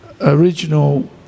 original